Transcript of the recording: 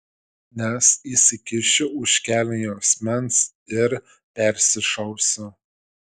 nes įsikišiu už kelnių juosmens ir persišausiu